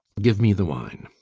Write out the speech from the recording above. give me the wine.